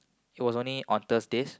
it was only on Thursdays